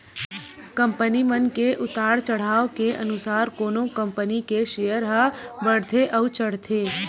company मन के उतार चड़हाव के अनुसार कोनो कंपनी के सेयर ह बड़थे अउ चढ़थे